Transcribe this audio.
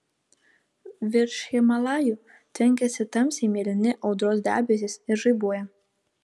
virš himalajų tvenkiasi tamsiai mėlyni audros debesys ir žaibuoja